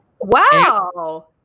wow